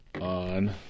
on